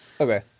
Okay